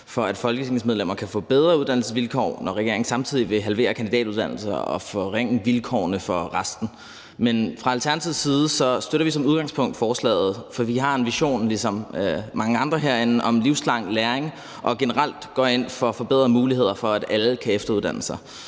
for, at folketingsmedlemmer kan få bedre uddannelsesvilkår, når regeringen samtidig vil halvere kandidatuddannelser og forringe vilkårene for resten. Men fra Alternativets side støtter vi som udgangspunkt forslaget, for vi har ligesom mange andre herinde en vision om livslang læring og går generelt ind for bedre muligheder for, at alle kan efteruddanne sig.